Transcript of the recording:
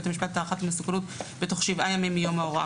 המשפט הערכת מסוכנות בתוך שבעה ימים מיום ההוראה